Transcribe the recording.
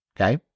okay